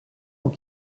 ont